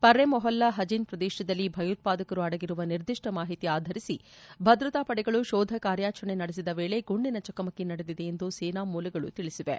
ಪರ್ರೆ ಮೊಹಲ್ಲಾ ಹಜಿನ್ ಪ್ರದೇಶದಲ್ಲಿ ಭಯೋತ್ಪಾದಕರು ಅಡಗಿರುವ ನಿರ್ದಿಷ್ಟ ಮಾಹಿತಿ ಆಧರಿಸಿ ಭದ್ರತಾ ಪಡೆಗಳು ಶೋಧ ಕಾರ್ಯಾಚರಣೆ ನಡೆಸಿದ ವೇಳೆ ಗುಂಡಿನ ಚಕಮಕಿ ನಡೆದಿದೆ ಎಂದು ಸೇನಾಮೂಲಗಳು ತಿಳಿಸಿವೆ